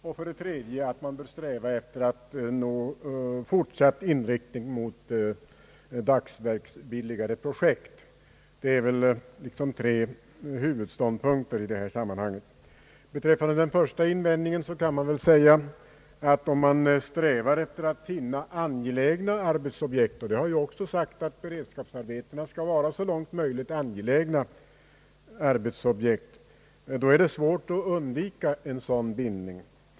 Den tredje invändningen går ut på att man bör eftersträva fortsatt inriktning mot dagsverksbilliga projekt. Beträffande den första invändningen kan väl sägas att om man strävar efter att finna angelägna arbetsprojekt — det har också sagts att beredskapsarbetena så långt möjligt skall vara angelägna arbetsprojekt — är det svårt att undvika sådana bindningar.